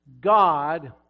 God